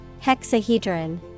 Hexahedron